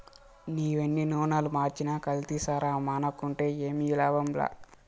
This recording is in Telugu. నీవెన్ని నూనలు మార్చినా కల్తీసారా మానుకుంటే ఏమి లాభంలా